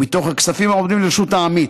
ומתוך הכספים העומדים לרשות העמית.